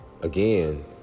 Again